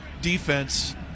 defense